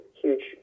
huge